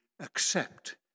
Accept